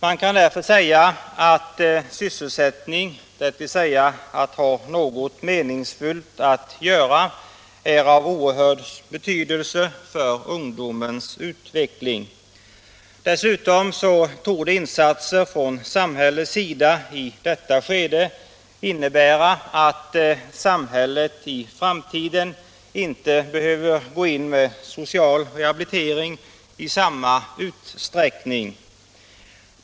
Man kan därför säga att sysselsättning, dvs. att ha något meningsfullt att göra, är av oerhörd betydelse för ungdomens utveckling. Dessutom torde insatser från samhällets sida i detta skede innebära att samhället i framtiden inte behöver gå in med social rehabilitering i samma utsträckning som annars.